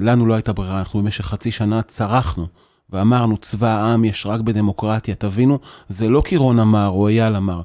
לנו לא הייתה ברירה, אנחנו במשך חצי שנה צרחנו ואמרנו צבא העם יש רק בדמוקרטיה, תבינו, זה לא כי רון אמר, או איל אמר.